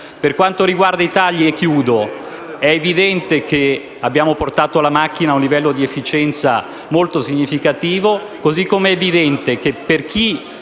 Per quanto riguarda i tagli - e chiudo - è evidente che abbiamo portato la macchina a un livello di efficienza molto significativo. Così come è evidente a chi